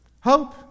Hope